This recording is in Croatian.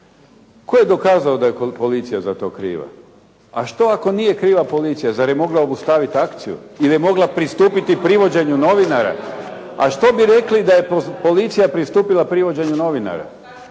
Tko je dokazao da je policija za to kriva? A što ako nije kriva policija? Zar je mogla obustaviti akciju ili je mogla pristupiti privođenju novinara? A što bi rekli da je policija pristupila privođenju novinara?